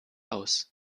aus